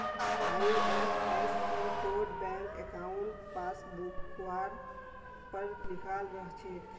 IFSC code bank अंकाउट पासबुकवर पर लिखाल रह छेक